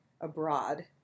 abroad